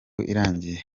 irangiye